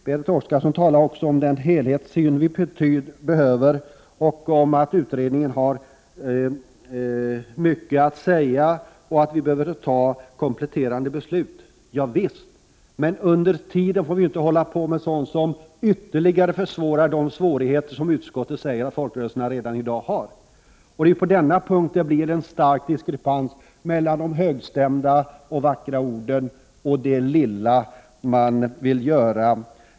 Berit Oscarsson talar också om den helhetssyn vi behöver ha på folkrörelsernas arbete. Javisst, men under tiden får vi inte vidta åtgärder som ökar de svårigheter som utskottet säger att folkrörelserna redan i dag har. Det är på denna punkt det blir en stark diskrepans mellan de högstämda orden och det lilla regering och riksdag vill göra.